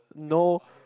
no